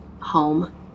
home